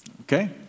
Okay